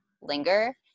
linger